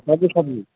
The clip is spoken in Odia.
ସବୁ ସବୁ